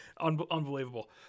Unbelievable